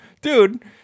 Dude